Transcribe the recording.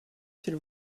s’il